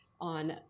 on